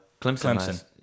Clemson